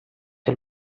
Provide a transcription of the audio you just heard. que